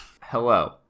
Hello